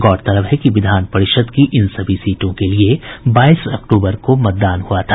गौरतलब है कि विधान परिषद की इन सभी सीटों के लिये बाईस अक्टूबर को मतदान हुआ था